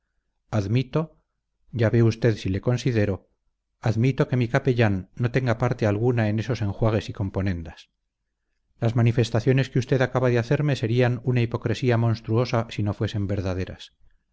admito ya ve usted si le considero admito que mi capellán no tenga parte alguna en esos enjuagues y componendas las manifestaciones que usted acaba de hacerme serían una hipocresía monstruosa si no fuesen verdaderas